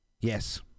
Yes